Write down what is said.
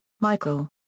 Michael